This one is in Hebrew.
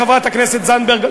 חברת הכנסת זנדברג,